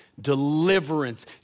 deliverance